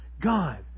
God